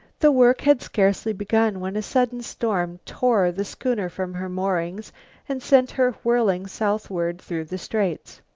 the work had scarcely begun when a sudden storm tore the schooner from her moorings and sent her whirling southward through the straits.